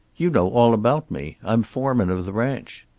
you know all about me. i'm foreman of the ranch.